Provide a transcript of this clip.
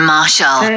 Marshall